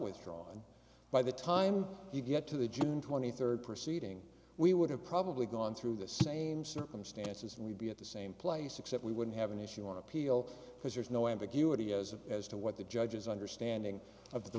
withdrawn by the time you get to the june twenty third proceeding we would have probably gone through the same circumstances and we'd be at the same place except we wouldn't have an issue on appeal because there's no ambiguity as as to what the judge's understanding of the